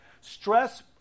Stress